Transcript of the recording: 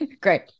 Great